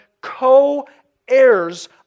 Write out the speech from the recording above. co-heirs